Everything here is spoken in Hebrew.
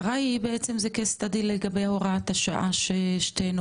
שריי היא בעצם זה קייס לגבי הוראת השעה ששנינו